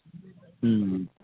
হুম